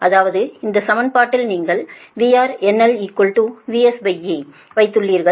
அதாவது இந்த சமன்பாட்டில் நீங்கள் VRNLVSA வைத்துள்ளீர்கள்